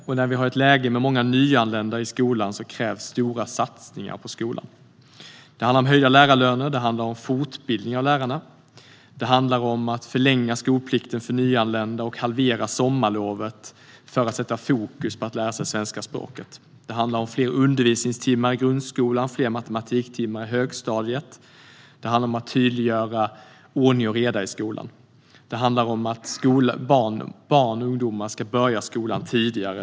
Och i ett läge med många nyanlända i skolan krävs stora satsningar på skolan. Det handlar om höjda lärarlöner. Det handlar om fortbildning av lärarna. Det handlar om att förlänga skolplikten för nyanlända och halvera sommarlovet för att sätta fokus på att lära sig svenska språket. Det handlar om fler undervisningstimmar i grundskolan och fler matematiktimmar i högstadiet. Det handlar om att tydliggöra ordning och reda i skolan. Det handlar om att barn och ungdomar ska börja i skolan tidigare.